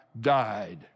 died